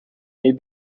may